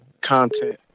content